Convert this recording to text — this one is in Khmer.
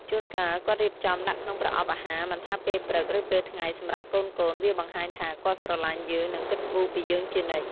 ជួនកាល គាត់រៀបចំដាក់ក្នុងប្រអប់អាហារមិនថាពេលព្រឹក ឬពេលថ្ងៃសម្រាប់កូនៗ វាបង្ហាញថា គាត់ស្រឡាញ់យើងនិងគិតគូរពីយើងជានិច្ច។